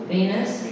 Venus